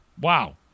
Wow